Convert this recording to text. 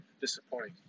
disappointing